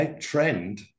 trend